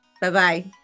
Bye-bye